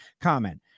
comment